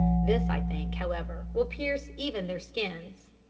this i think, however, will pierce even their skins.